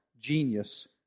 genius